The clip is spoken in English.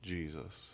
Jesus